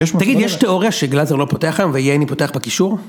תגיד, יש תיאוריה שגלזר לא פותח היום ועייני פותח בקישור?